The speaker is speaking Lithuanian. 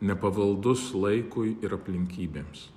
nepavaldus laikui ir aplinkybėms